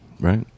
Right